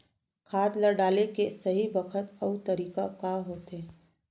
खाद ल डाले के सही बखत अऊ तरीका का होथे?